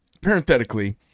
parenthetically